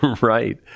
Right